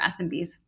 SMBs